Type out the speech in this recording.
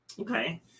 Okay